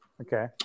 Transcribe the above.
Okay